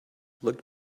looked